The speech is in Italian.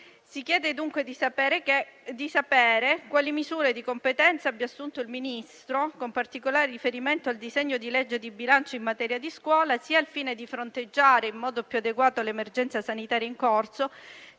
Si chiede dunque di sapere quali misure di competenza abbia assunto il Ministro, con particolare riferimento al disegno di legge di bilancio in materia di scuola, sia al fine di fronteggiare in modo più adeguato l'emergenza sanitaria in corso